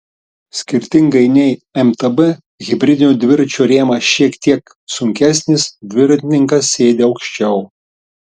skirtingai nei mtb hibridinio dviračio rėmas šiek tiek sunkesnis dviratininkas sėdi aukščiau